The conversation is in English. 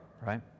right